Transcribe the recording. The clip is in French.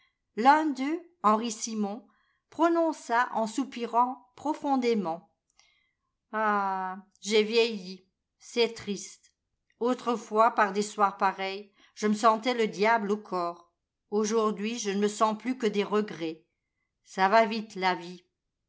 l'un d'eux henri simon prononça en soupirant profondément ah je vieillis c'est triste autrefois par des soirs pareils je me sentais le diable au corps aujourd'hui je ne me sens plus que des regrets ça va vite la vie